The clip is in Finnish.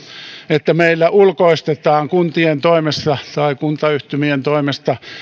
että meillä ulkoistetaan kuntien tai kuntayhtymien toimesta